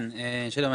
שלום,